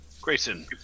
Grayson